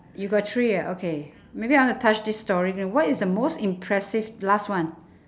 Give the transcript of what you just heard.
you got three ah okay maybe I want to touch this story now what's the most impressive last one